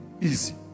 easy